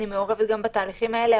אני מעורבת גם בתהליכים האלה,